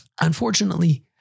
Unfortunately